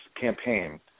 campaign